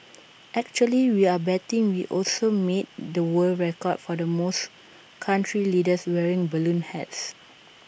actually we're betting we also made the world record for the most country leaders wearing balloon hats